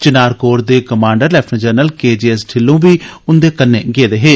चिनार corps दे commander lieutenant general K J S Dhillon बी उन्दे कन्नै गेदे हे